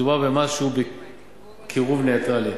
מדובר במס שהוא בקירוב נייטרלי.